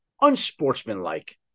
unsportsmanlike